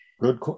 Good